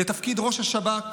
לתפקיד ראש השב"כ